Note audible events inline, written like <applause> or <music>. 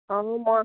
<unintelligible> মই